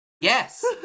Yes